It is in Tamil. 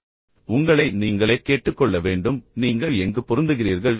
இப்போது நீங்கள் முதலில் உங்களை நீங்களே கேட்டுக்கொள்ள வேண்டும் நீங்கள் எங்கு பொருந்துகிறீர்கள்